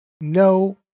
no